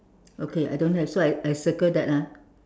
okay I don't have so I I circle that ah